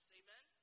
amen